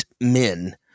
men